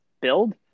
build